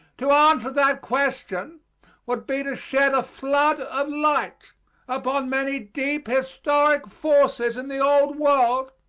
to answer that question would be to shed a flood of light upon many deep historic forces in the old world,